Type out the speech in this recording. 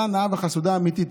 כלה נאה וחסודה אמיתית,